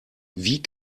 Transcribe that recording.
wie